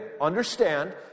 understand